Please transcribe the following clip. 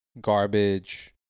garbage